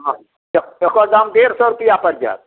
हाँ एकर दाम डेढ़ सए रुपआ पड़ि जाएत